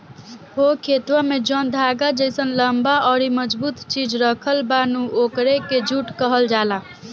हो खेतवा में जौन धागा जइसन लम्बा अउरी मजबूत चीज राखल बा नु ओकरे के जुट कहल जाला